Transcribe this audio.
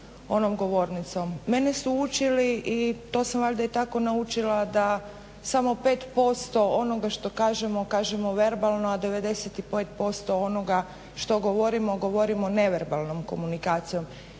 onom govornicom. Mene su učili i to sam valjda i tako naučila da samo 5% onoga što kažemo, kažemo verbalno, a 95% onoga što govorimo, govorimo neverbalnom komunikacijom.